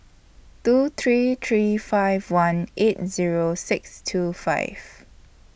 two three three five one eight Zero six two five